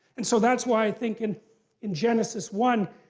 and so that's why i think, and in genesis one,